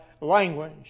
language